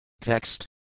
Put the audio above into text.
Text